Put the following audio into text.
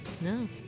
no